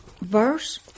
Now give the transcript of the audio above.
Verse